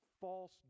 false